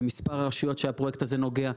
במספר הרשויות שהפרויקט הזה נוגע,